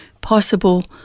possible